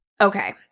Okay